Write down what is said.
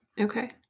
Okay